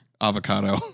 avocado